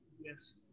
Yes